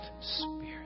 spirit